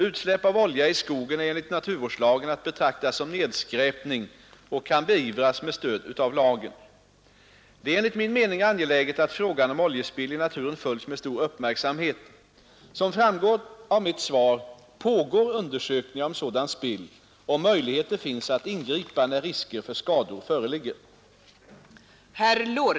Utsläpp av olja i skogen är enligt naturvårdslagen att betrakta som nedskräpning och kan beivras med stöd av lagen. Det är enligt min mening angeläget att frågan om oljespill i naturen följs med stor uppmärksamhet. Som framgått av mitt svar pågår undersökningar om sådant spill, och möjligheter finns att ingripa när risker för skador föreligger.